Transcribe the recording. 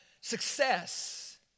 success